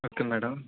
okay madam